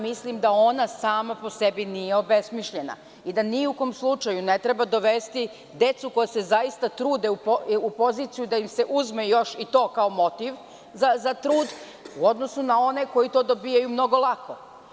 Mislim da ona sama po sebi nije obesmišljena i da ni u kom slučaju ne treba dovesti decu, koja se zaista trude, u poziciju da im se uzme još i to kao motiv za trud u odnosu na one koji to dobijaju mnogo lako.